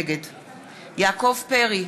נגד יעקב פרי,